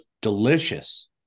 delicious